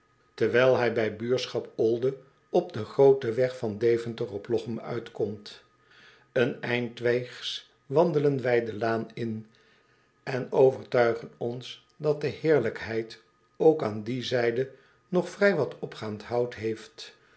terwijl hij bij de buurschap o o l d e op den grooten weg van deventer op lochem uitkomt een eindweegs wandelen wij de laan in en overtuigen ons dat de heerlijkheid ook aan die zijde nog vrij wat opgaand hout heeft